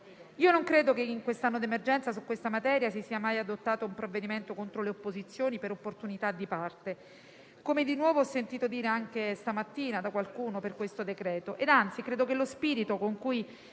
Non credo che in quest'anno d'emergenza su questa materia si sia mai adottato un provvedimento contro le opposizioni per opportunità di parte, come di nuovo ho sentito dire anche stamattina da qualcuno il decreto-legge in esame. Credo anzi che lo spirito con cui